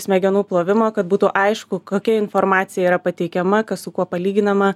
smegenų plovimo kad būtų aišku kokia informacija yra pateikiama kas su kuo palyginama